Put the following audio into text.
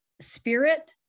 spirit